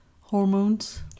hormones